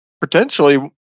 potentially